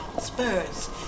spurs